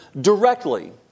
directly